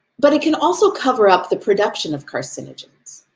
but it can also cover up the production of carcinogens.